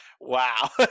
Wow